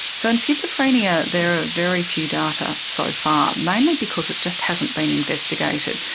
so in schizophrenia there are very few data so far, mainly because it just hasn't been investigated.